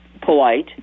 polite